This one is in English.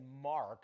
Mark